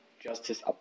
Justice